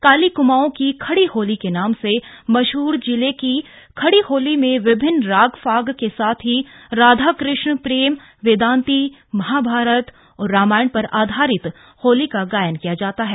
काली कुमाऊं की खड़ी होली के नाम से मशहर जिले की खड़ी होली में विभिन्न राग फाग के साथ ही राधा कृष्ण प्रेम वेदान्ती महाभारत और रामायण पर आधारित होली का गायन किया जाता है